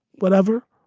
whatever.